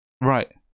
Right